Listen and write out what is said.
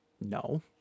No